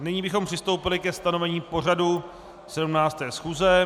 Nyní bychom přistoupili ke stanovení pořadu 17. schůze.